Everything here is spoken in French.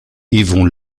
yvon